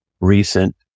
recent